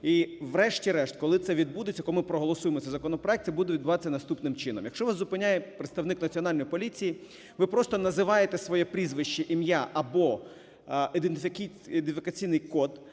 І врешті-решт, коли це відбудеться, коли ми проголосуємо цей законопроект, це буде відбуватися наступним чином. Якщо вас зупиняє представник Національної поліції, ви просто називаєте своє прізвище, ім'я, або ідентифікаційний код,